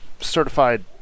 certified